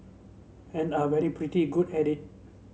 and are pretty good at it